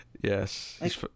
Yes